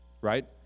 Right